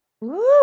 Woo